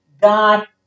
God